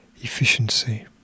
efficiency